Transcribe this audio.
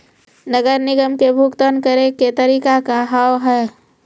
नगर निगम के भुगतान करे के तरीका का हाव हाई?